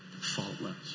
Faultless